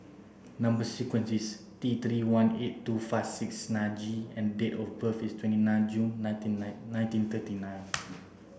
number sequence is T three one eight two five six nine G and date of birth is twenty nine June nineteen nine nineteen thirty nine